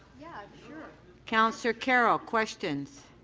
yeah councillor carroll questions.